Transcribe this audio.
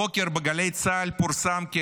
הבוקר בגלי צה"ל פורסם כי